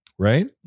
Right